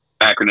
acronym